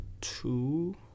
two